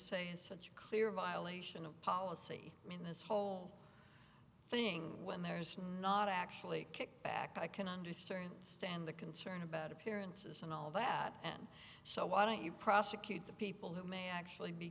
say it's such a clear violation of policy in this whole thing when there's not actually a kickback i can understand stan the concern about appearances and all that and so why don't you prosecute the people who may actually be